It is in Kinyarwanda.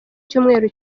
cyumweru